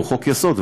הוא חוק-יסוד,